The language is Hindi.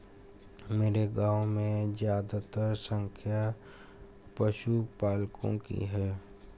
मेरे गांव में ज्यादातर संख्या पशुपालकों की है